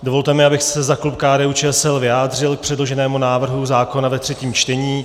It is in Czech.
Dovolte mi, abych se za klub KDUČSL vyjádřil k předloženému návrhu zákona ve třetím čtení.